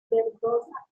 verdosa